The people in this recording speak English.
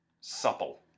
Supple